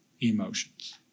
emotions